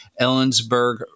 Ellensburg